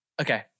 Okay